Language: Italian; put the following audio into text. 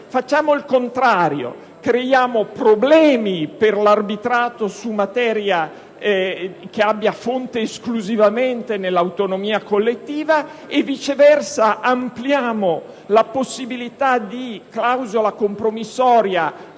facciamo il contrario. Creiamo problemi per l'arbitrato su materia che abbia fonte esclusivamente nell'autonomia collettiva e, viceversa, ampliamo la possibilità di clausola compromissoria